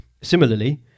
Similarly